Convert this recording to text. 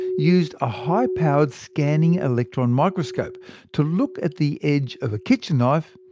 used a high-powered scanning electron microscope to look at the edge of a kitchen knife,